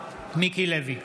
מיקי לוי,